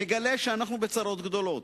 מגלה שאנחנו בצרות גדולות.